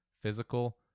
physical